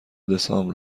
دسامبر